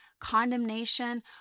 condemnation